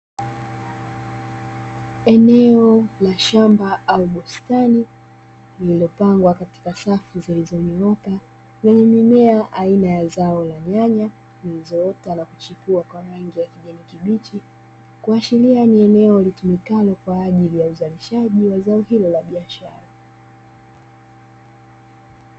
Eneo la shamba albustani lililopangwa katika safu zilizonyooka yenye mimea aina ya zao la nyanya zinazoota na kuchipua kwa rangi ya kijani kibichi, kuashiria mimea itumikayo kwa ajili ya uzalishaji wa zao hilo la biashara.